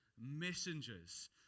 messengers